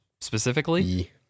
Specifically